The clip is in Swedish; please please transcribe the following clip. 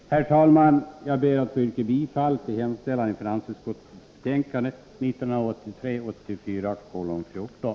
Herr talman! Jag ber att få yrka bifall till hemställan i finansutskottets betänkande 14.